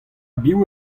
biv